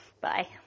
Bye